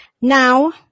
Now